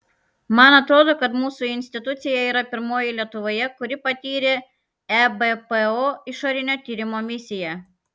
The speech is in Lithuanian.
man atrodo kad mūsų institucija yra pirmoji lietuvoje kuri patyrė ebpo išorinio tyrimo misiją